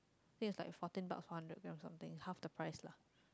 feels like fourteen bucks for a hundred grams something half the price lah